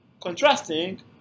Contrasting